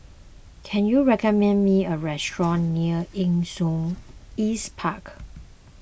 can you recommend me a restaurant near Nee Soon East Park